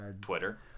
Twitter